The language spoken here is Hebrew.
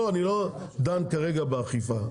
לא, אני לא דן כרגע באכיפה.